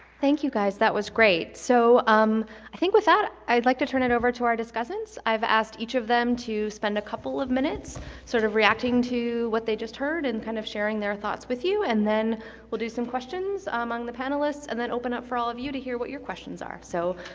thank you guys, that was great. so um i think with that, i'd like to turn it over to our discussants. i've asked each of them to spend a couple of minutes sort of reacting to what they just heard and kind of sharing their thoughts with you, and then we'll do some questions among the panelists and then open it up for all of you to hear what your questions are. so,